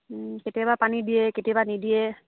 কেতিয়াবা পানী দিয়ে কেতিয়াবা নিদিয়ে